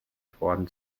thorn